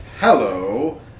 Hello